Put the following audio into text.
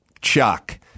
Chuck